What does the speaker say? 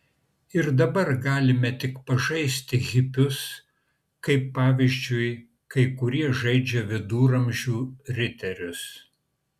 ir dabar galime tik pažaisti hipius kaip pavyzdžiui kai kurie žaidžia viduramžių riterius